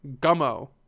Gummo